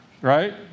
Right